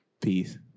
Peace